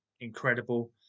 incredible